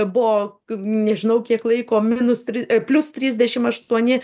buvo nežinau kiek laiko minus tri plius trisdešim aštuoni